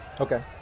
okay